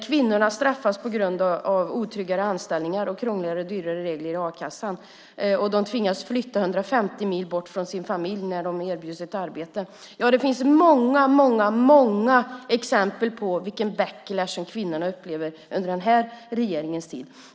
Kvinnorna straffas på grund av otryggare anställningar och krångligare och dyrare regler i a-kassan. De tvingas flytta 150 mil bort från sin familj när de erbjuds ett arbete. Det finns många exempel på den backlash kvinnorna upplever under den här regeringens tid.